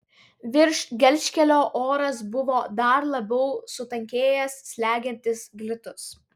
virš gelžkelio oras buvo dar labiau sutankėjęs slegiantis glitus